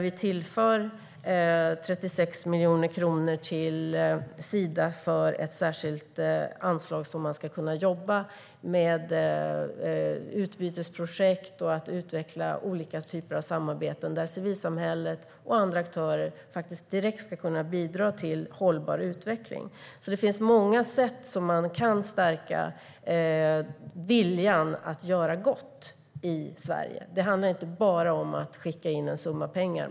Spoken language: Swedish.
Vi tillför 36 miljoner kronor till Sida för ett särskilt anslag, så att man ska kunna jobba med utbytesprojekt och utveckla olika typer av samarbeten där civilsamhället och andra aktörer direkt ska kunna bidra till hållbar utveckling. Det finns alltså många sätt att stärka viljan att göra gott i Sverige. Det handlar inte bara om att skicka in en summa pengar.